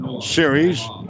series